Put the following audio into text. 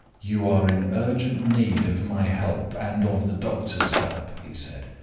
you are in urgent need of my help and of the doctor's help, he said.